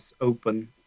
open